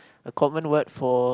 a common word for